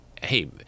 hey